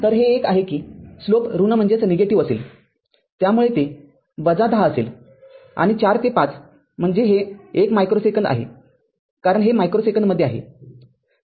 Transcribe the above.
तरहे एक आहे कि स्लोप ऋण असेल त्यामुळे ते १० असेल आणि ४ ते ५ म्हणजे हे १ मायक्रो सेकंद आहे कारण हे मायक्रो सेकंदमध्ये आहे